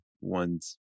one's